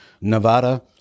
Nevada